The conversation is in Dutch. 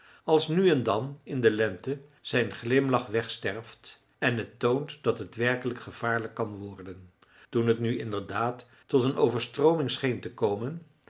als nu en dan in de lente zijn glimlach wegsterft en het toont dat het werkelijk gevaarlijk kan worden toen het nu inderdaad tot een overstrooming scheen te komen